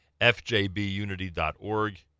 fjbunity.org